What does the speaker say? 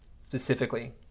specifically